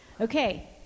Okay